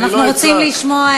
אני לא אצעק.